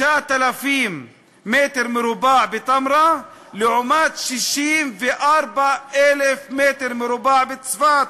9,000 מ"ר בתמרה, לעומת 64,000 מ"ר בצפת.